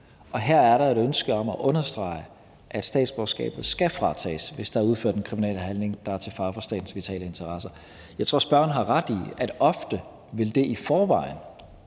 Og her er der et ønske om at understrege, at statsborgerskabet skal fratages, hvis der er udført en kriminel handling, der er til fare for statens vitale interesser. Jeg tror, at spørgeren har ret i, at det ofte i forvejen